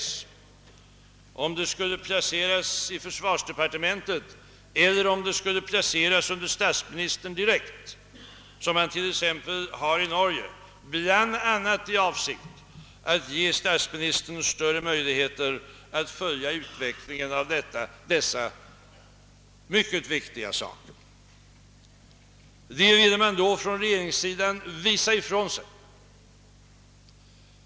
Frågan gällde huruvida det skulle placeras i försvarsdepartementet eller om det skulle placeras direkt under statsministern såsom fallet är i t.ex. Norge, bl.a. i avsikt att ge statsministern större möjligheter att följa utvecklingen av dessa mycket viktiga saker. Statsministern ville då visa detta särskilda ansvar ifrån sig.